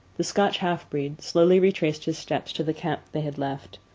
the scotch half-breed slowly retraced his steps to the camp they had left.